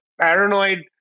paranoid